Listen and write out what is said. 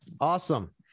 Awesome